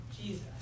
Jesus